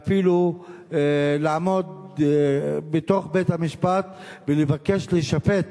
ואפילו לעמוד בתוך בית-המשפט ולבקש להישפט